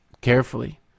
carefully